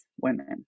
women